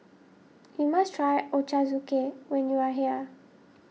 you must try Ochazuke when you are here